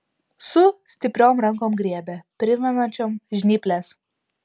su stipriom rankom griebė primenančiom žnyples